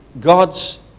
God's